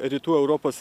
rytų europos